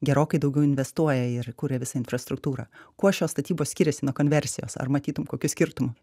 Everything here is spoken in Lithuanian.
gerokai daugiau investuoja ir kuria visą infrastruktūrą kuo šios statybos skiriasi nuo konversijos ar matytum kokių skirtumų